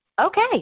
okay